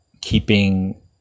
keeping